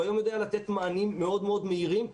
והוא היום יודע לתת מענים מאוד מאוד מהירים,